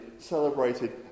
celebrated